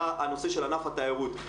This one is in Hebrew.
היה הנושא של ענף התיירות.